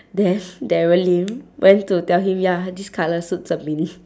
then darren lim went to tell him that ya this colour suit zhen min